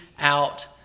out